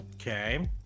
Okay